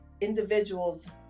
individuals